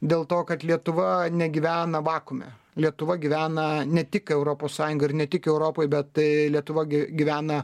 dėl to kad lietuva negyvena vakuume lietuva gyvena ne tik europos sąjungoj ir ne tik europoj bet tai lietuva gi gyvena